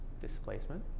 displacement